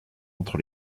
entre